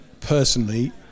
personally